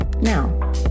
Now